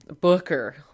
Booker